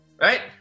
right